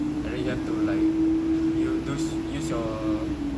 and then you have to like you does use your